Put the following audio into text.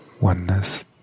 oneness